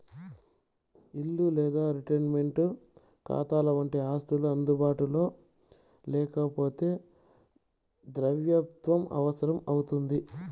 ఇల్లు లేదా రిటైర్మంటు కాతాలవంటి ఆస్తులు అందుబాటులో లేకపోతే ద్రవ్యత్వం అవసరం అవుతుంది